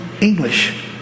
English